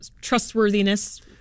trustworthiness